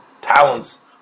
talents